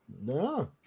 No